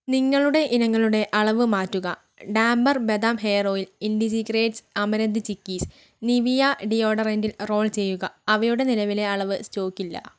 നിങ്ങളുടെ ഇനങ്ങളുടെ അളവ് മാറ്റുക ഡാബർ ബദാം hair oil indie secrets amaranth chikkis Nivea deodorant roll ചെയ്യുക അവയുടെ നിലവിലെ അളവ് സ്റ്റോക്ക് ഇല്ല